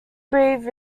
breathe